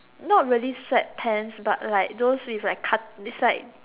not really sweatpants but like those with like cut its like